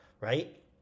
right